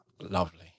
lovely